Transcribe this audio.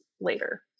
later